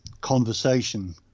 conversation